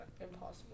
impossible